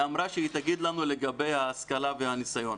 היא אמרה שהיא תגיד לנו לגבי ההשכלה והניסיון.